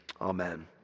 Amen